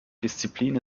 disziplin